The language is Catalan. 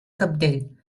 cabdell